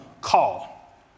call